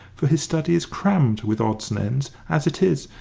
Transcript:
for his study is crammed with odds and ends as it is,